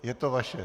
Je to vaše.